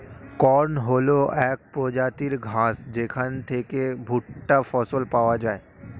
corn হল এক প্রজাতির ঘাস যেখান থেকে ভুট্টা ফসল পাওয়া যায়